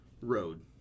road